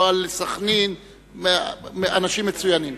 אנשים מצוינים,